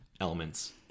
elements